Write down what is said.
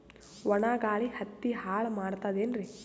ಒಣಾ ಗಾಳಿ ಹತ್ತಿ ಹಾಳ ಮಾಡತದೇನ್ರಿ?